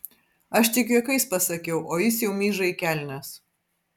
aš tik juokais pasakiau o jis jau myža į kelnes